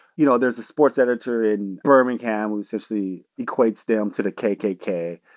you know, there's a sports editor in birmingham who essentially equates them to the kkk.